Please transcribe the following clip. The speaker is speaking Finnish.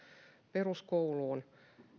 peruskouluun